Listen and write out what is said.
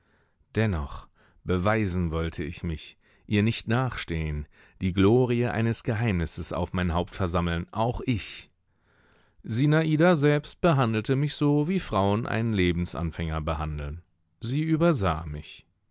dennoch beweisen wollte ich mich ihr nicht nachstehen die glorie eines geheimnisses auf mein haupt versammeln auch ich sinada selbst behandelte mich so wie frauen einen lebensanfänger behandeln sie übersah mich